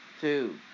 two